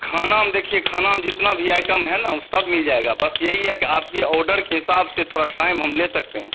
खाना में देखिए खाना में जितना भी आइटम है ना वह सब मिल जाएगा बस यही है कि आपके ऑर्डर के हिसाब से थोड़ा टाइम हम ले सकते हैं